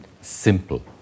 simple